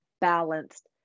balanced